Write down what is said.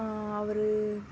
அவர்